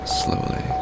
slowly